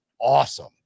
awesome